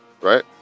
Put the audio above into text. right